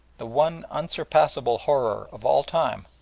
the one unsurpassable horror of all time,